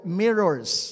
mirrors